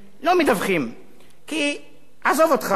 כי עזוב אותך, זה לא מעניין את הציבור.